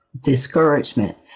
discouragement